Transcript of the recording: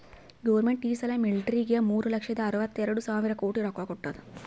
government ಈ ಸಲಾ ಮಿಲ್ಟ್ರಿಗ್ ಮೂರು ಲಕ್ಷದ ಅರ್ವತ ಎರಡು ಸಾವಿರ ಕೋಟಿ ರೊಕ್ಕಾ ಕೊಟ್ಟಾದ್